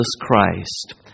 Christ